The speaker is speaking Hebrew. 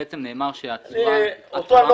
בעצם נאמר שהתשואה --- שר העבודה,